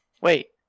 Wait